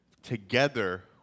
Together